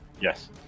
Yes